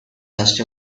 just